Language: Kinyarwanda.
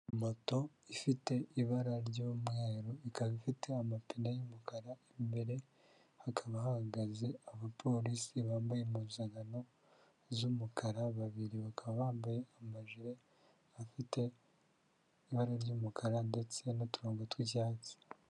Moto ifite ibara ry'umweru ikaba ifite amapine y'umukara, imbere hakaba hahagaze abapolisi bambaye impuzankano z'umukara, babiri bakaba bambaye amajire afite ibara ry'umukara ndetse n'uturango tw'icyatsi,